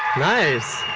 nice.